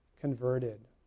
converted